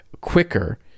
quicker